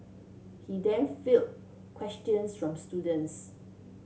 he then field questions from students